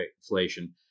inflation